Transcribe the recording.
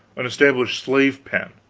an established slave-pen,